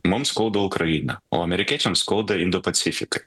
mums skauda ukraina o amerikiečiams skauda indų pacifikai